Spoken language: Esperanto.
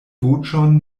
voĉon